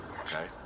okay